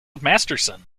masterson